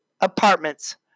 apartments